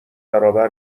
برابر